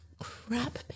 crap